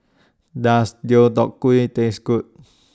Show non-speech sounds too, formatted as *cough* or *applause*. Does Deodeok Gui Taste Good *noise*